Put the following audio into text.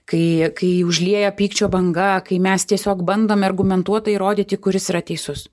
kai kai užlieja pykčio banga kai mes tiesiog bandome argumentuotai įrodyti kuris yra teisus